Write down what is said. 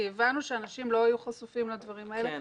כי הבנו שאנשים לא יהיו חשופים לדברים האלה.